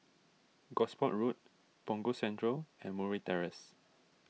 Gosport Road Punggol Central and Murray Terrace